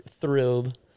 thrilled